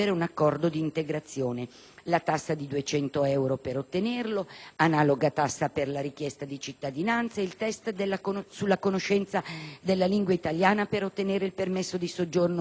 la tassa di 200 euro per ottenerlo, analoga tassa per la richiesta di cittadinanza e il test sulla conoscenza della lingua italiana per ottenere il permesso di soggiorno CE.